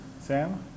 Sam